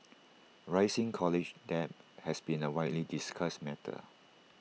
rising college debt has been A widely discussed matter